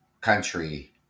country